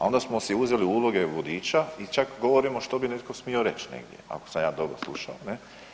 A onda smo si uzeli uloge vodiča i čak govorimo što bi netko smio reći, je li, ako sam ja dobro slušao, ne?